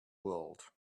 world